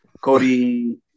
Cody